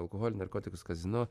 alkoholį narkotikus kazino